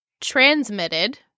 transmitted